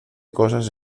cosas